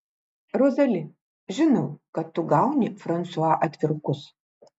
rozali žinau kad tu gauni fransua atvirukus